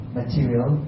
material